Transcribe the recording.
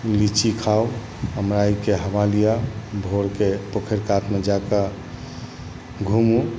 लिची खाउ अमराइके हवा लिअ भोरके पोखरि कातमे जा कए घुमू